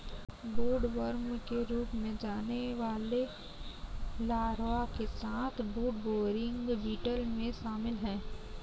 woodworm के रूप में जाने वाले लार्वा के साथ वुडबोरिंग बीटल में शामिल हैं